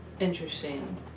Interesting